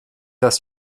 dass